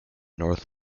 north